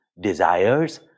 desires